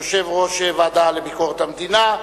יושב-ראש הוועדה לביקורת המדינה,